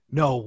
no